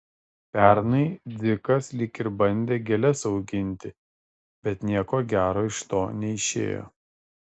pernai dzikas lyg ir bandė gėles auginti bet nieko gero iš to neišėjo